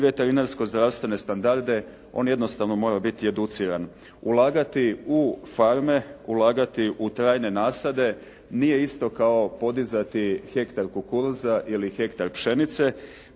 veterinarsko zdravstvene standarde, on jednostavno mora biti educiran. Ulagati u farme, ulagati u trajne nasade, nije isto tako podizati hektar kukuruza ili hektar pšenice.